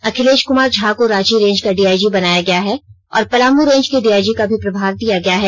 अखिलेष कुमार झा को रांची रेन्ज का डीआईजी बनाया गया है और पलामु रेंज के डीआईजी का भी प्रभार दिया गया है